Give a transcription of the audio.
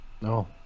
No